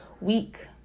week